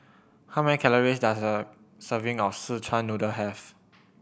how many calories does a serving of Szechuan Noodle have